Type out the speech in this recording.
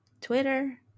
Twitter